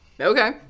Okay